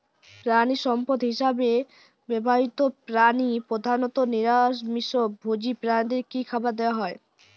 প্রাণিসম্পদ হিসেবে ব্যবহৃত প্রাণী প্রধানত নিরামিষ ভোজী প্রাণীদের কী খাবার দেয়া হয়?